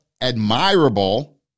admirable